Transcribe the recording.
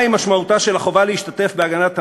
מהי משמעותה של החובה להשתתף בהגנת המדינה,